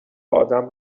آدم